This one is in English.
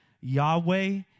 Yahweh